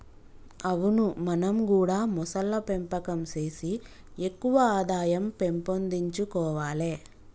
అవును మనం గూడా మొసళ్ల పెంపకం సేసి ఎక్కువ ఆదాయం పెంపొందించుకొవాలే